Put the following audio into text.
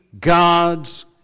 God's